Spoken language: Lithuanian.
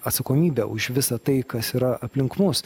atsakomybę už visą tai kas yra aplink mus